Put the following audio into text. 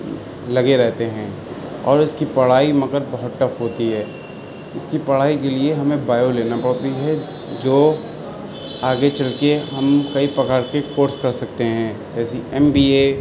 لگے رہتے ہیں اور اس کی پڑھائی مگر بہت ٹف ہوتی ہے اس کی پڑھائی کے لیے ہمیں بایو لینا پڑتی ہے جو آگے چل کے ہم کئی پرکار کے کورس کر سکتے ہیں ایسی ایم بی اے